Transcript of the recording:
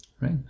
right